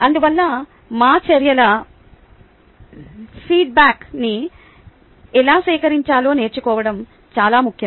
అందువల్ల మా చర్యలపై ఫీడ్బ్యాక్న్ని ఎలా సేకరించాలో నేర్చుకోవడం చాలా ముఖ్యం